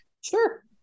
sure